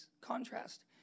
contrast